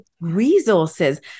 resources